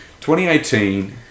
2018